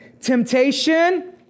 temptation